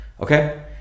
okay